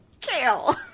kale